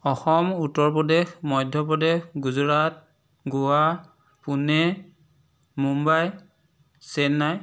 Assam Uttar Pradesh Madhya Pradesh Gujarat Goa Pune Mumbai Chennai